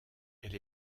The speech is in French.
elle